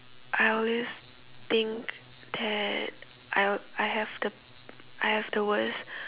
I always think that I will I have the I have the worst